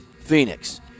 Phoenix